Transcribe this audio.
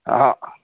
हा